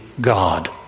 God